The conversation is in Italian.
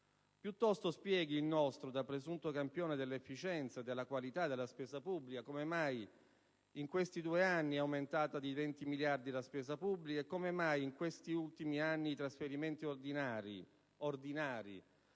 Piuttosto spieghi, il nostro, da presunto campione dell'efficienza e della qualità della spesa pubblica, come mai in questi due anni è aumentata di 20 miliardi la spesa pubblica, e come mai in questi ultimi anni i trasferimenti ordinari ripeto,